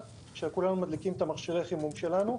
כשכולנו מדליקים את מכשירי החימום שלנו.